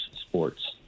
sports